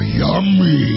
yummy